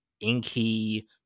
inky